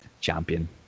champion